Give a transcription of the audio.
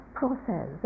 process